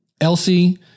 Elsie